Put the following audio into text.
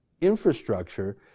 infrastructure